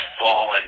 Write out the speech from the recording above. fallen